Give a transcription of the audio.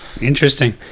Interesting